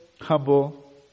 humble